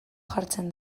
jartzen